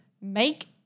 make